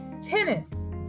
tennis